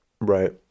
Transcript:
Right